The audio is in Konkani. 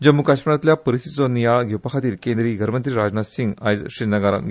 जम्म् काश्मीरातल्या परिस्थितीचो नियाळ घेवपाखातीर केंद्रीय घरमंत्री राजनाथ सिंग आयज श्रीनगरात वतले